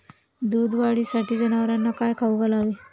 दूध वाढीसाठी जनावरांना काय खाऊ घालावे?